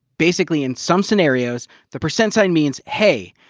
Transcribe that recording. basically in some scenarios the percent sign means, hey,